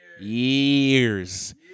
Years